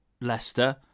Leicester